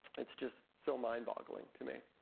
it's just so mind-boggling to me.